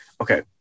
Okay